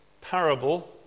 parable